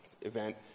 event